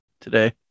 today